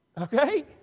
Okay